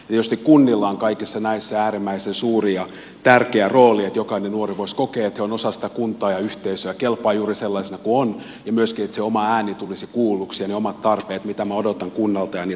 tietysti kunnilla on kaikissa näissä äärimmäisen suuri ja tärkeä rooli että jokainen nuori voisi kokea että on osa sitä kuntaa ja yhteisöä kelpaa juuri sellaisena kuin on ja myöskin että se oma ääni tulisi kuulluksi ja ne omat tarpeet mitä odottaa kunnalta ja niiltä palveluilta